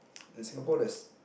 in Singapore there's